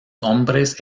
hombres